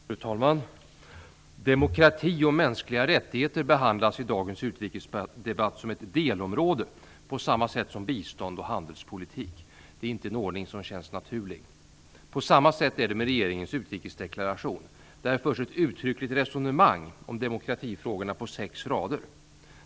Fru talman! Demokrati och mänskliga rättigheter behandlas i dagens utrikesdebatt som ett delområde på samma sätt som bistånd och handelspolitik. Det är inte en ordning som känns naturlig. På samma sätt är det med regeringens utrikesdeklaration. Där förs ett uttryckligt resonemang om demokratifrågorna på sex rader.